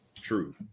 true